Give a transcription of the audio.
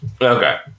okay